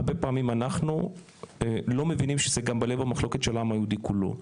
הרבה פעמים אנחנו לא מבינים שזה גם בלב המחלוקת של העם היהודי כולו.